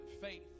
faith